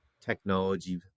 technology